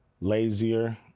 lazier